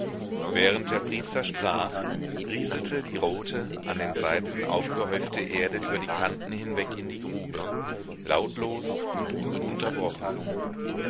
während der priester sprach rieselte die rote an den seiten aufgehäufte erde über die kanten hinweg in die grube lautlos und ununterbrochen